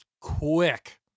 quick